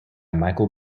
michael